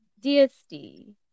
DSD